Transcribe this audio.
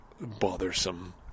bothersome